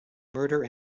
murder